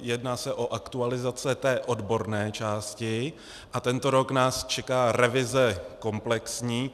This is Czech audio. Jedná se o aktualizace té odborné části a tento rok nás čeká revize komplexní.